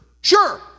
Sure